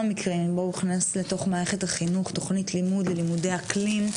מקרים בו הוכנסה לתוך מערכת החינוך תוכנית לימוד ללימודי אקלים,